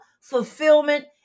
fulfillment